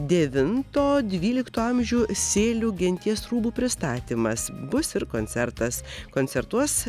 devinto dvylikto amžių sėlių genties rūbų pristatymas bus ir koncertas koncertuos